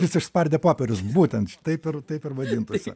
jis išspardė popierius būtent š taip ir taip ir vadintųsi